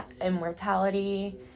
immortality